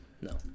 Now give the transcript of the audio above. No